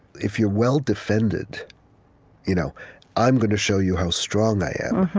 if you're well defended you know i'm going to show you how strong i am.